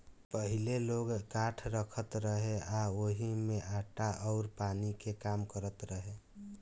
पहिले लोग काठ रखत रहे आ ओही में आटा अउर पानी के काम करत रहे